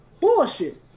bullshit